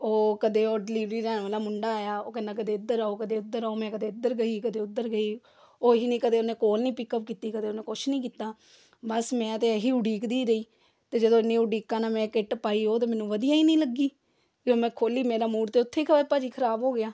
ਉਹ ਕਦੇ ਉਹ ਡਿਲੀਵਰੀ ਲੈਣ ਵਾਲਾ ਮੁੰਡਾ ਆਇਆ ਉਹ ਕਹਿੰਦਾ ਕਦੇ ਇੱਧਰ ਆਓ ਕਦੇ ਇੱਧਰ ਆਓ ਮੈਂ ਕਦੇ ਇੱਧਰ ਗਈ ਕਦੇ ਉੱਧਰ ਗਈ ਉਹ ਹੀ ਨਹੀਂ ਕਦੇ ਉਹਨੇ ਕੋਲ ਨਹੀਂ ਪਿੱਕਅਪ ਕੀਤੀ ਕਦੇ ਉਹਨੇ ਕੁਛ ਨਹੀਂ ਕੀਤਾ ਬਸ ਮੈਂ ਤਾਂ ਇਹੀ ਉਡੀਕਦੀ ਰਹੀ ਅਤੇ ਜਦੋਂ ਇੰਨੀ ਉਡੀਕਾਂ ਨਾਲ ਮੈਂ ਕਿੱਟ ਪਾਈ ਉਹ ਤਾਂ ਮੈਨੂੰ ਵਧੀਆ ਹੀ ਨਹੀਂ ਲੱਗੀ ਫਿਰ ਮੈਂ ਖੋਲ੍ਹੀ ਮੇਰਾ ਮੂਡ ਤਾਂ ਉੱਥੇ ਹੀ ਖ ਭਾਅ ਜੀ ਖ਼ਰਾਬ ਹੋ ਗਿਆ